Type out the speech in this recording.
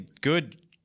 good